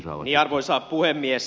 arvoisa puhemies